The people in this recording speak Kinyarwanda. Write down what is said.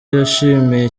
yashimiye